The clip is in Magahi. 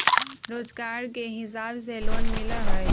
रोजगार के हिसाब से लोन मिलहई?